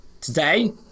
today